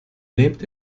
lebt